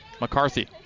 McCarthy